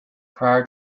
prior